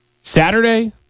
Saturday